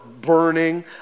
burning